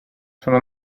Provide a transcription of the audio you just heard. sono